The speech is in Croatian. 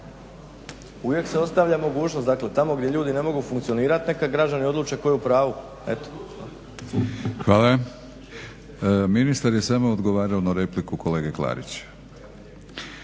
uvijek se ostavlja mogućnost dakle tamo gdje ljudi ne mogu funkcionirati neka građani odluče tko je u pravu. **Batinić, Milorad (HNS)** Ministar je samo odgovarao na repliku kolege Klarića.